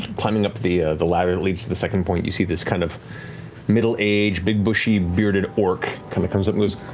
climbing up the the ladder that leads to the second point, you see this kind of middle aged, big bushy bearded orc kind of comes up and